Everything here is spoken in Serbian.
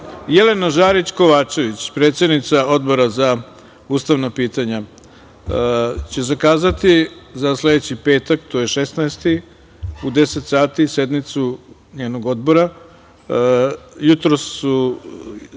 daleko. Jelena Žarić Kovačević, predsednica Odbora za ustavna pitanja će zakazati za sledeći petak, 16. april, u 10.00 sati, sednicu njenog odbora.